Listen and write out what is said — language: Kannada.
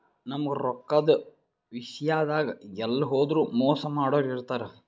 ನಮ್ಗ್ ರೊಕ್ಕದ್ ವಿಷ್ಯಾದಾಗ್ ಎಲ್ಲ್ ಹೋದ್ರು ಮೋಸ್ ಮಾಡೋರ್ ಇರ್ತಾರ